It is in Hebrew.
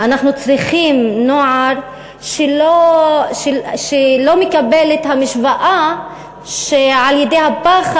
אנחנו צריכים נוער שלא מקבל את המשוואה שעל-ידי הפחד,